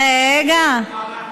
רגע.